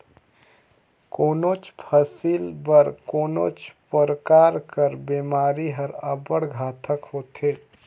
कोनोच फसिल बर कोनो परकार कर बेमारी हर अब्बड़ घातक होथे